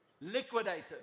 liquidated